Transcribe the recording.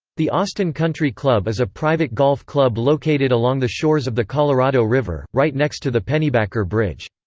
the austin country club is a private golf club located along the shores of the colorado river, right next to the pennybacker bridge.